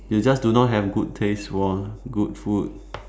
you just do not have good taste for good food